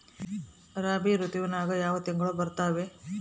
ರಾಬಿ ಋತುವಿನ್ಯಾಗ ಯಾವ ತಿಂಗಳು ಬರ್ತಾವೆ?